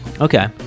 okay